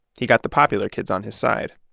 he got the popular kids on his side